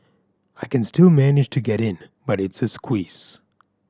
I can still manage to get in but it's a squeeze